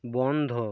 বন্ধ